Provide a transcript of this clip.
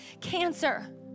Cancer